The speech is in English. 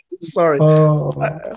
Sorry